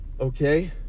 Okay